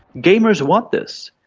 gamers want this.